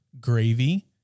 gravy